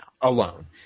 alone